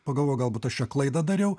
pagalvojau galbūt aš čia klaidą dariau